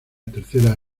tercera